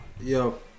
yo